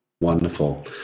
Wonderful